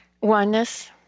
Oneness